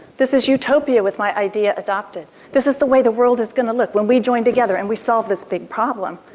this is utopia with my idea adopted. this is the way the world is going to look, when we join together and we solve this big problem.